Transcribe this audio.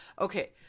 Okay